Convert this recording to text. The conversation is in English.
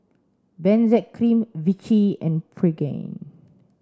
Benzac Cream Vichy and Pregain